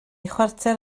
chwarter